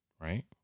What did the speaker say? right